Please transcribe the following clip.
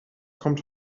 kommt